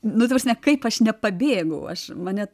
nu ta prasme kaip aš nepabėgau aš mane